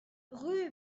rue